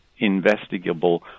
investigable